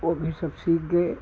वह भी सब सीख गए